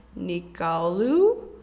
Nikalu